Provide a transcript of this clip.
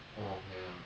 orh ya